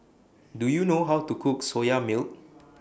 Do YOU know How to Cook Soya Milk